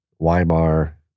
Weimar